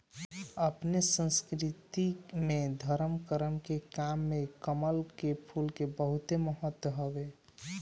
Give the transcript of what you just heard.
अपनी संस्कृति में धरम करम के काम में कमल के फूल के बहुते महत्व हवे